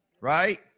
right